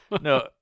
No